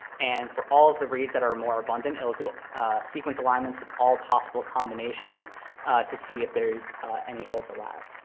and for all of the reads that are more abundant, it will do sequence alignments with all possible combinations to see if there's any overlap.